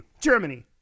Germany